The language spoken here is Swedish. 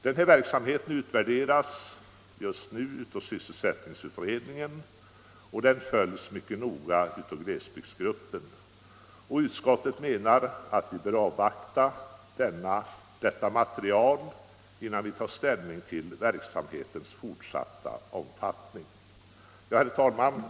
Den verksamheten utvärderas just nu av sysselsättningsutredningen och följs mycket noga av glesbygds gruppen. Utskottet menar att vi bör avvakta detta material innan vi tar ställning till verksamhetens fortsatta omfattning. Herr talman!